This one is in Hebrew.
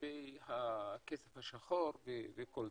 לגבי הכסף השחור וכל זה.